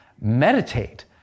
Meditate